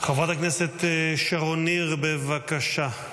חברת הכנסת שרון ניר, בבקשה.